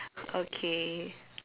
okay